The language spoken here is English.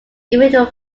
individual